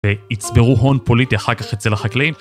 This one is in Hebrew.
ויצברו הון פוליטי אחר כך אצל החקלאים.